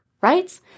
right